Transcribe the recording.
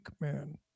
man